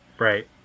Right